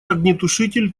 огнетушитель